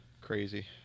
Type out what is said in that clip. Crazy